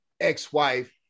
ex-wife